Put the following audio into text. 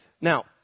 now